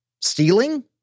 stealing